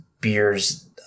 beers